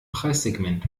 preissegment